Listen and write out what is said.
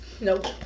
Nope